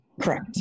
Correct